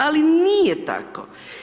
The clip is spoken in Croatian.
Ali nije tako.